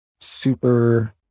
super